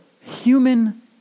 human